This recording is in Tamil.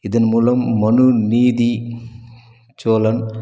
இதன் மூலம் மனு நீதி சோழன்